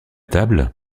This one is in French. table